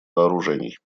вооружений